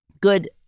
good